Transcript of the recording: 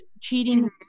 cheating